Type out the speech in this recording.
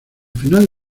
final